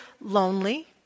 lonely